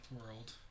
world